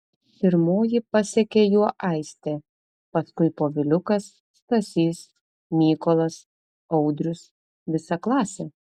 pirmoji pasekė juo aistė paskui poviliukas stasys mykolas audrius visa klasė